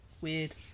weird